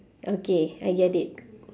okay I get it